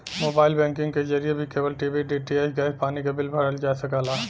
mobile banking के जरिए भी केबल टी.वी डी.टी.एच गैस पानी क बिल भरल जा सकला